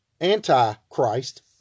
Antichrist